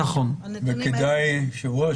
אדוני היושב-ראש,